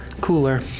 cooler